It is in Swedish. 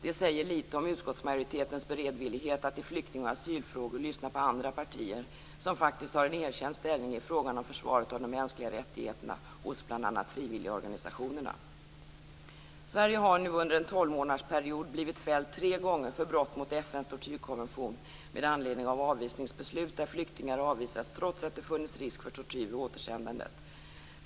Det säger litet grand om utskottsmajoritetens beredvillighet att i flykting och asylfrågor lyssna på andra partier som faktiskt har en erkänd ställning i frågan om försvaret av de mänskliga rättigheterna hos bl.a. frivilligorganisationerna. Sverige har nu under en tolvmånadersperiod blivit fällt tre gånger för brott mot FN:s tortyrkonvention med anledning av avvisningsbeslut där flyktingar avvisats trots att det funnits risk för tortyr vid återsändandet.